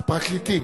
פרקליטים.